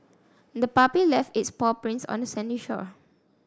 the puppy left its paw prints on the sandy shore